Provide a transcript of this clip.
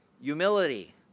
humility